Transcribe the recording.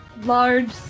large